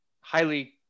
highly